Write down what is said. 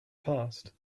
passed